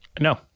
No